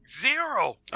Zero